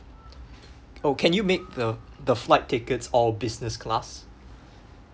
oh can you make the the flight tickets all business class